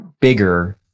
bigger